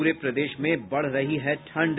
पूरे प्रदेश में बढ़ रही है ठंड